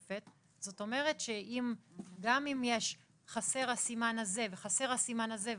זאת אומרת שגם אם חסר הסימן הזה וחסר הסימן הזה,